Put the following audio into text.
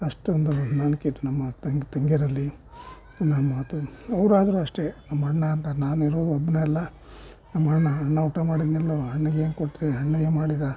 ಅಷ್ಟೊಂದು ನಂಬಿಕೆ ಇತ್ತು ನಮ್ಮ ತಂಗಿಯರಲ್ಲಿ ನನ್ನ ಮಾತು ಅವ್ರಾದರೂ ಅಷ್ಟೇ ನಮ್ಮ ಅಣ್ಣ ಅಂತ ನಾನು ಇರೋದು ಒಬ್ಬನೇ ಅಲ್ವಾ ನಮ್ಮ ಅಣ್ಣ ಅಣ್ಣ ಊಟ ಮಾಡಿದನೋ ಇಲ್ವೋ ಅಣ್ಣಗೆ ಏನು ಕೊಟ್ಟಿರಿ ಅಣ್ಣ ಏನು ಮಾಡಿದ